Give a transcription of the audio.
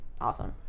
awesome